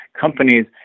companies